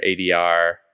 ADR